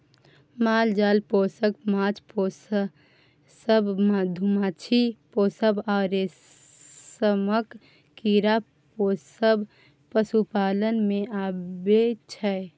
माल जाल पोसब, माछ पोसब, मधुमाछी पोसब आ रेशमक कीरा पोसब पशुपालन मे अबै छै